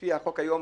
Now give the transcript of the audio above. לפי החוק היום,